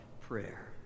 prayer